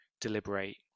deliberate